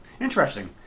interesting